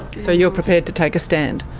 so you're prepared to take a stand.